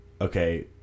okay